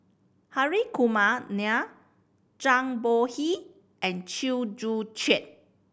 Hri Kumar Nair Zhang Bohe and Chew Joo Chiat